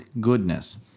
goodness